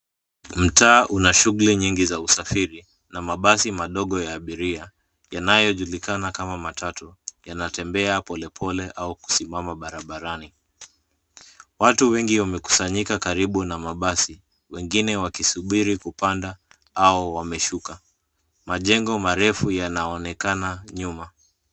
Mtaa una shughuli nyingi za usafiri, na mabasi madogo ya abiria yanayojulikana kama matatu, yanatembea polepole au kusimama barabarani. Watu wengi wamekusanyika karibu na mabasi, wengine wakisubiri kupanda, au wameshuka. Majengo marefu yanaonekana nyuma.